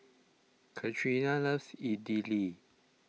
Katrina loves Idili